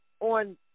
On